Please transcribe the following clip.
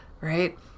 right